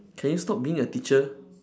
can you stop being a teacher